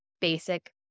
basic